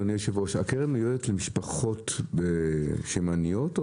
אדוני היושב-ראש הקרן מיועדת למשפחות שהן עניות?